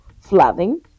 flooding